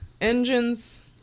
engines